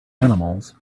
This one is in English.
animals